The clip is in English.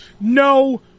no